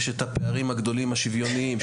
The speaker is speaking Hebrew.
יש את הפערים הגדולים השוויוניים,